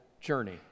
journey